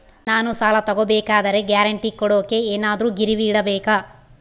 ನಾನು ಸಾಲ ತಗೋಬೇಕಾದರೆ ಗ್ಯಾರಂಟಿ ಕೊಡೋಕೆ ಏನಾದ್ರೂ ಗಿರಿವಿ ಇಡಬೇಕಾ?